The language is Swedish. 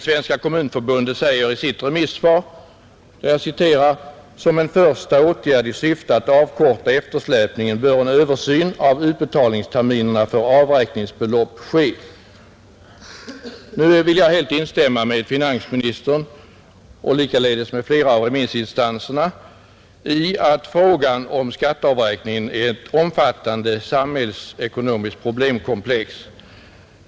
Svenska kommunförbundet, slutligen, säger i sitt remissvar: ”Som en första åtgärd i syfte att avkorta eftersläpningen bör en översyn av utbetalningsterminerna för avräkningsbelopp ske.” Nu vill jag helt instämma med finansministern och likaledes med flera av remissinstanserna i att frågan om skatteavräkningen är ett omfattande samhällsekonomiskt problemkomplex.